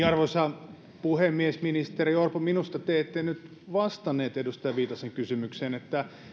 arvoisa puhemies ministeri orpo minusta te ette nyt vastannut edustaja viitasen kysymykseen että